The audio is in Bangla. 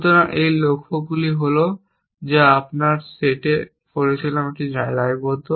সুতরাং এই লক্ষ্যগুলি হল যা আমরা সেট করেছিলাম একজন দায়বদ্ধ